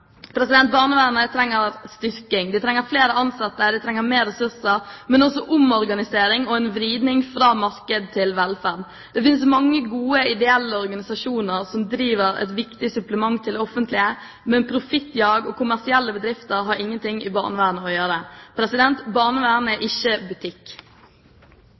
Barnevernet trenger styrking. De trenger flere ansatte, og de trenger mer ressurser, men også omorganisering og vridning fra marked til velferd. Det finnes mange gode ideelle organisasjoner som driver et viktig supplement til det offentlige, men profittjag og kommersielle bedrifter har ingenting i barnevernet å gjøre. Barnevern er ikke butikk. Utviklingen i barnevernet er